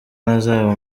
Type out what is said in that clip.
ntazaba